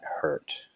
hurt